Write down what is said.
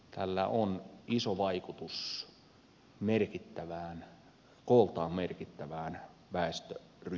tällä on iso vaikutus merkittävään kooltaan merkittävään väestöryhmään